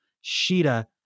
Sheeta